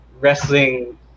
Wrestling